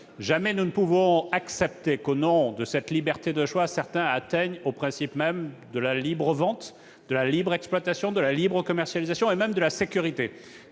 jamais nous ne pourrons accepter que, au nom de cette liberté de choix, certains atteignent au principe même de la libre vente, de la libre exploitation, de la libre commercialisation et même de la sécurité,